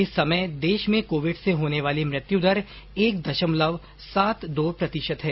इस समय देश में कोविड से होने वाली मृत्यु दर एक दशमलव सात दो प्रतिशत है